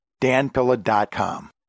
danpilla.com